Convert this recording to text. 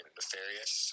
nefarious